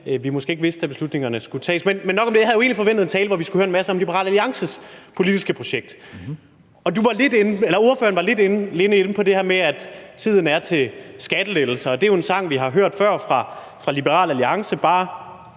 vi måske ikke vidste, da beslutningerne skulle tages. Men nok om det. Jeg havde jo egentlig forventet en tale, hvor vi skulle høre en masse om Liberal Alliances politiske projekt. Ordføreren var lidt inde på det her med, at tiden er til skattelettelser, og det er jo en sang, vi har hørt før fra Liberal Alliance.